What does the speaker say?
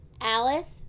Alice